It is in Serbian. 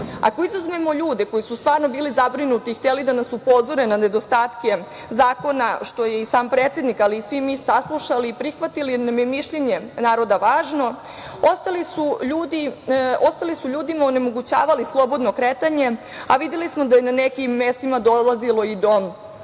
Ako izuzmemo ljude koji su stvarno bili zabrinuti i hteli da nas upozore na nedostatke zakona, što je i sam predsednik, ali i svi mi saslušali i prihvatili jer nam je mišljenje naroda važno, ostali su ljudima onemogućavali slobodno kretanje, a videli smo da je na nekim mestima dolazilo i do